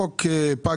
החוק פג